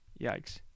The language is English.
Yikes